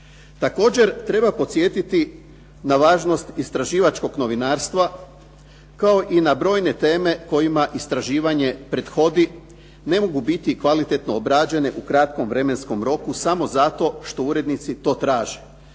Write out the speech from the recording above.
Također treba podsjetiti na važnost istraživačkog novinarstva kao i na brojne teme kojima istraživanje prethodi. Ne mogu biti kvalitetno obrađene u kratkom vremenskom roku samo zato što urednici to traže,